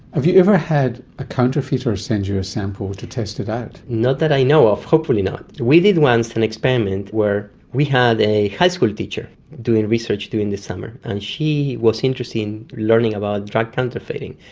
have you ever had a counterfeiter send you a sample to test it out? not that i know of. hopefully not. we did once an experiment where we had a high school teacher doing research during the summer and she was interested in learning about drug counterfeiting.